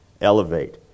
elevate